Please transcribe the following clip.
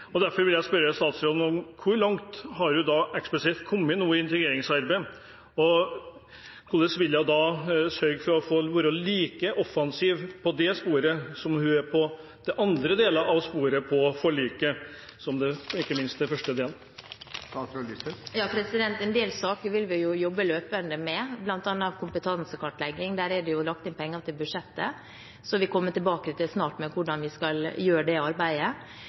og bidrar tydelig til god integrering. Derfor vil jeg spørre statsråden: Hvor langt har hun eksplisitt kommet i integreringsarbeidet? Og hvordan vil hun sørge for å være like offensiv på det sporet som hun er på andre deler av sporet i forliket – ikke minst den første delen? En del saker vil vi jobbe løpende med, bl.a. kompetansekartlegging. Det er det lagt inn penger til i budsjettet, og vi kommer snart tilbake til hvordan vi skal gjøre det arbeidet.